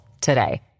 today